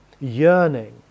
yearning